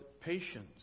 patience